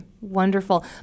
wonderful